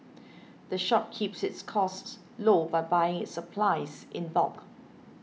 the shop keeps its costs low by buying its supplies in bulk